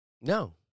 No